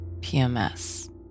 PMS